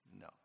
No